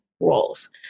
roles